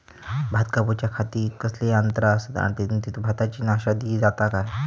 भात कापूच्या खाती कसले यांत्रा आसत आणि तेतुत भाताची नाशादी जाता काय?